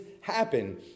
happen